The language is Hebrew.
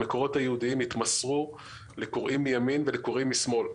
המקורות היהודיים התמסרו לקוראים מימין ולקוראים משמאל.